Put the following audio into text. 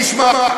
תשמע,